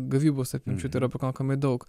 gavybos apimčių tai yra pakankamai daug